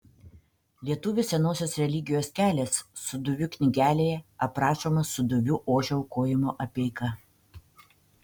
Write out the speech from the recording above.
lietuvių senosios religijos kelias sūduvių knygelėje aprašoma sūduvių ožio aukojimo apeiga